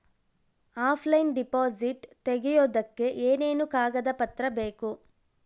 Offline deposit ತೆಗಿಯೋದಕ್ಕೆ ಏನೇನು ಕಾಗದ ಪತ್ರ ಬೇಕು?